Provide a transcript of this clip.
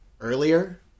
earlier